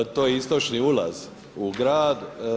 To je istočni ulaz u grad.